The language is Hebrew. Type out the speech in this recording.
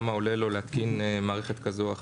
כמה עולה לו להתקין מערכת כזו או אחרת.